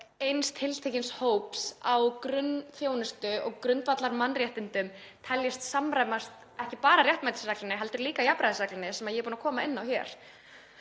eins tiltekins hóps á grunnþjónustu og grundvallarmannréttindum telst samræmast, ekki bara réttmætisreglunni heldur líka jafnræðisreglunni, sem ég er búin að koma inn á hér.